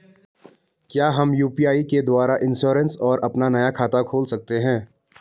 क्या हम यु.पी.आई द्वारा इन्श्योरेंस और अपना नया खाता खोल सकते हैं?